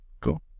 Cool